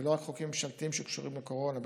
ולא רק חוקים ממשלתיים שקשורים לקורונה,